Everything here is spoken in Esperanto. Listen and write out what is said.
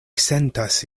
sentas